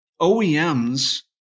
OEMs